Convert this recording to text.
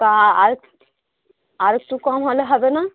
তা আর একটু কম হলে হবে না